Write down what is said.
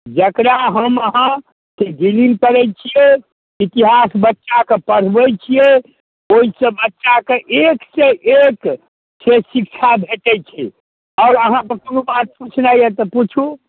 जकरा हम अहाँ विलीन करै छिए इतिहास बच्चाके पढ़बै छिए ओहिसँ बच्चाके एकसँ एक से शिक्षा भेटै छै आओर अहाँके कोनो बात पुछनाइ अइ तऽ पुछू